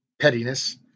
pettiness